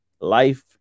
life